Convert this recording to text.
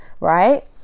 right